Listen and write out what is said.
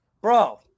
Bro